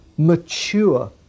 mature